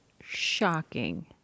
shocking